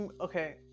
Okay